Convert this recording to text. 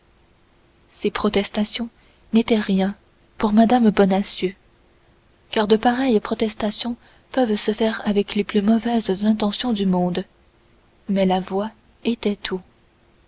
ces protestations n'étaient rien pour mme bonacieux car de pareilles protestations peuvent se faire avec les plus mauvaises intentions du monde mais la voix était tout